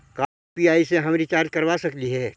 का यु.पी.आई से हम रिचार्ज करवा सकली हे?